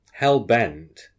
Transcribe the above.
Hellbent